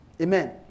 Amen